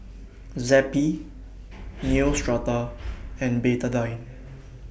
Zappy Neostrata and Betadine